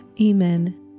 Amen